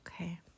Okay